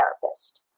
therapist